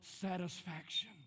satisfaction